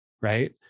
right